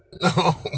No